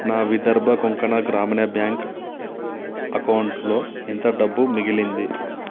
నా విదర్భ కొంకణ గ్రామీణ బ్యాంక్ అకౌంటులో ఎంత డబ్బు మిగిలింది